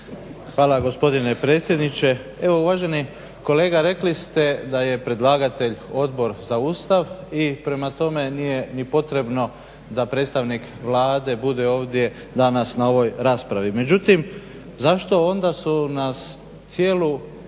Hvala gospodine predsjedniče. Evo uvaženi kolega rekli ste da je predlagatelj Odbor za Ustav i prema tome nije ni potrebno da predstavnik Vlade bude ovdje danas na ovoj raspravi. Međutim, zašto onda su nas cijelu